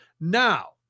Now